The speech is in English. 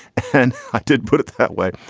and i did put it that way.